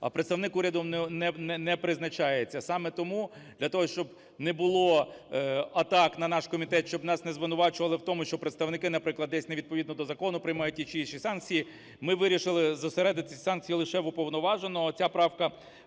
а представник урядом не призначається. Саме тому для того, щоб не було атак на наш комітет, щоб нас не звинувачували у тому, що представники, наприклад, десь не відповідно до закону приймають ті чи інші санкції, ми вирішили зосередити санкції лише в уповноваженого.